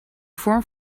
vorm